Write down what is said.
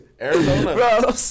Arizona